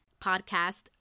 podcast